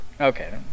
Okay